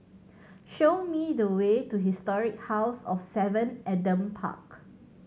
show me the way to Historic House of Seven Adam Park